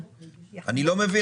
אני לא מבין.